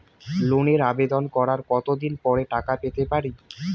লোনের আবেদন করার কত দিন পরে টাকা পেতে পারি?